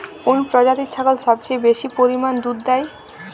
কোন প্রজাতির ছাগল সবচেয়ে বেশি পরিমাণ দুধ দেয়?